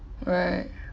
right